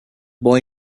boy